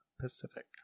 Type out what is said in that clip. Pacific